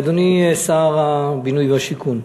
אדוני שר הבינוי והשיכון,